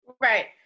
Right